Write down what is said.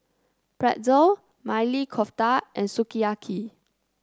Pretzel Maili Kofta and Sukiyaki